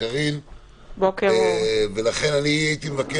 ואחר כך נצלול לדברים